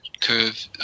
curve